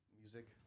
music